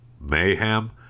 mayhem